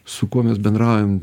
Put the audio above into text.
su kuo mes bendraujam